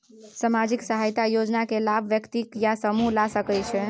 सामाजिक सहायता योजना के लाभ व्यक्ति या समूह ला सकै छै?